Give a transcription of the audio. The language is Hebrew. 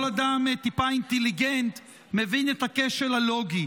כל אדם טיפה אינטליגנט מבין את הכשל הלוגי.